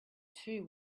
two